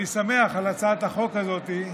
אני שמח על הצעת החוק הזאת,